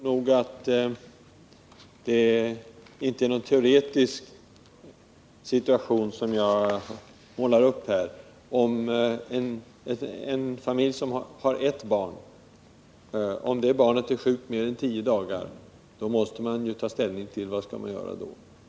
Herr talman! Det är inte någon teoretisk situation som jag målar upp. Om barnet i en familj som har ett barn är sjukt mer än tolv dagar, måste man ju ta ställning till vad man skall göra.